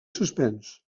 suspens